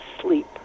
sleep